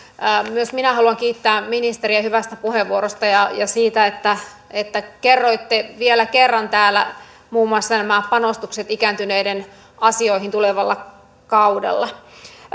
myös minä haluan kiittää ministeriä hyvästä puheenvuorosta ja siitä että että kerroitte vielä kerran täällä muun muassa nämä panostukset ikääntyneiden asioihin tulevalla kaudella